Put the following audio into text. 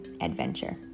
adventure